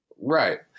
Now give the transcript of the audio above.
Right